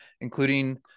including